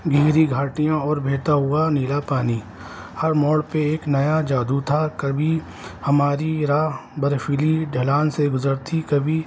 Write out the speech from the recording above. گھیری گھاٹیاں اور بہتا ہوا نیلا پانی ہر موڑ پہ ایک نیا جادو تھا کبھی ہماری راہ برفیلی ڈھلان سے گزر تھی کبھی